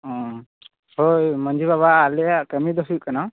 ᱚᱸᱻ ᱦᱳᱭ ᱢᱟᱺᱡᱷᱤ ᱵᱟᱵᱟ ᱟᱞᱮᱭᱟᱜ ᱠᱟ ᱢᱤ ᱫᱚ ᱦᱩᱭᱩᱜ ᱠᱟᱱᱟ